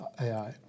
AI